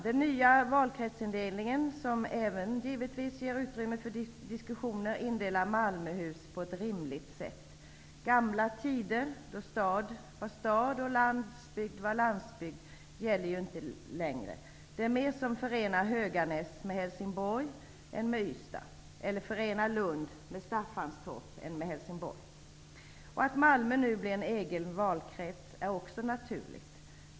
Den nya valkretsindelningen, som givetvis även ger utrymme för diskussioner, indelar Malmöhus län på ett rimligt sätt. Gamla tider, då stad var stad och landsbygd var landsbygd, gäller inte längre. Det är mer som förenar Höganäs med Helsingborg än med Ystad eller som förenar Lund med Staffanstorp före Helsingborg. Att Malmö nu blir en egen valkrets är också naturligt.